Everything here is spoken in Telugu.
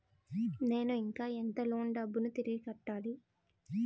నేను ఇంకా ఎంత లోన్ డబ్బును తిరిగి కట్టాలి?